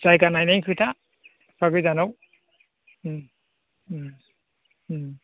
जायगा नायनायनि खोथा एफा गोजानाव